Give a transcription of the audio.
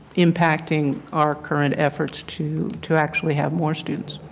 impacting our current efforts to to actually have more students.